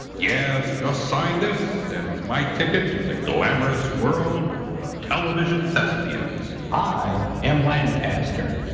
yes, just sign this and it's my ticket to the glamorous world of television thespians. i am lancaster.